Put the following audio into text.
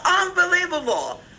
Unbelievable